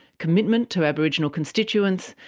commitment to aboriginal constituents,